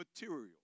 material